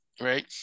right